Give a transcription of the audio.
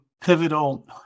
pivotal